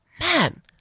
man